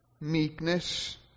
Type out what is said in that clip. meekness